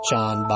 John